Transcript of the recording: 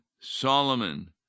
Solomon